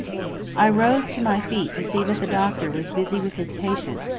i rose to my feet to see that the doctor was busy with his patient,